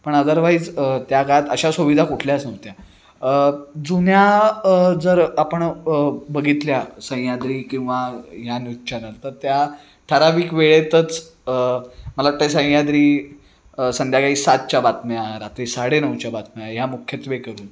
पण अदरवाईज त्या काळात अशा सुविधा कुठल्याच नव्हत्या जुन्या जर आपण बघितल्या सह्याद्री किंवा ह्या न्यूज चॅनल तर त्या ठराविक वेळेतच मला वाटते सह्याद्री संध्याकाळी सातच्या बातम्या रात्री साडे नऊच्या बातम्या ह्या मुख्यत्वे करून